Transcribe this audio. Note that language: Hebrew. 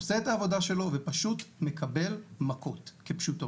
הוא עושה את העבודה שלו ופשוט מקבל מכות כפשוטו.